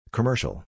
Commercial